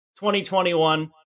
2021